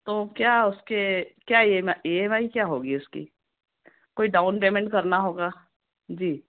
तो क्या उसके क्या ये ई एम आई क्या होगी उसकी कोई डाउन पेमेंट करना होगा जी